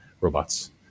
robots